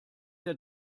der